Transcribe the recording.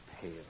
pale